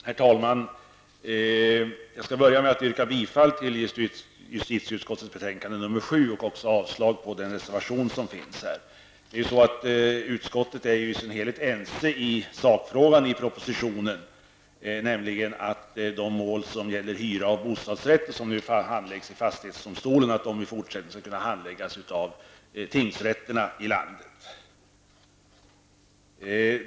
Herr talman! Jag skall börja med att yrka bifall till hemställan i justitieutskottets betänkande nr 7 och avslag på den reservation som finns fogad till betänkandet. Utskottet är i sin helhet ense i sakfrågan i propositionen, nämligen att de mål som gäller hyra av bostadsrätter och som nu handläggs i fastighetsdomstolen, i fortsättningen skall kunna handläggas av tingsrätterna i landet.